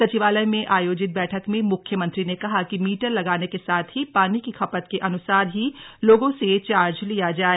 सचिवालय में आयोजित बैठक में मुख्यमंत्री ने कहा कि मीटर लगाने के साथ ही पानी की खपत के अनुसार ही लोगों से चार्ज लिया जाए